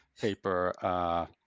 paper